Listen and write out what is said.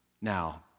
Now